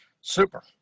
super